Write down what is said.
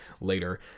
later